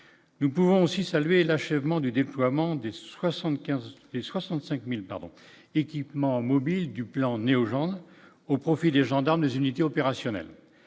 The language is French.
nous pouvons aussi saluer l'achèvement du déploiement des 75 les 65000 pardon équipements mobiles du plan néo-jaune au profit des gendarmes, les unités opérationnelles,